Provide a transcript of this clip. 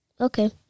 Okay